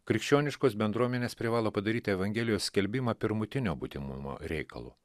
krikščioniškos bendruomenės privalo padaryti evangelijos skelbimą pirmutinio būtinumo reikalu